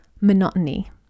Monotony